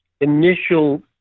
initial